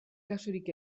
kasurik